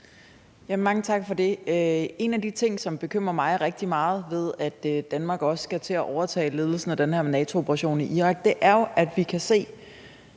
Mange tak for det. En af de ting, som bekymrer mig rigtig meget, ved at Danmark også skal til at overtage ledelsen af den her NATO-operation i Irak, er jo, at vi kan se,